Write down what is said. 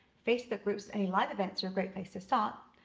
facebook groups and any live events are a great place to start,